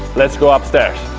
let's go upstairs!